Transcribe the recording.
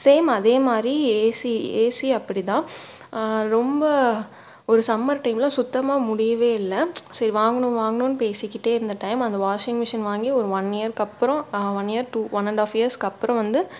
same அதே மாதிரி AC AC அப்படி தான் ரொம்ப ஒரு சம்மர் டைமில் சுத்தமாக முடியவே இல்லை சரி வாங்கணும் வாங்கணுன்னு பேசிக்கிட்டே இருந்த இந்த டைம் அந்த வாஷிங் மிஷின் வாங்கி ஒரு ஒன் இயருக்கு அப்புறம் one year to one and half இயர்ஸுக்கு அப்புறம் வந்து